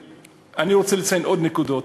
אני רוצה לציין עוד נקודות,